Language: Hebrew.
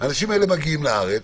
הם מגיעים לארץ.